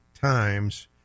times